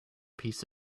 piece